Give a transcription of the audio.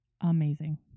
Amazing